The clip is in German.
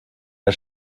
der